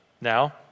now